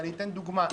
ואני אתן דוגמה.